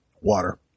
water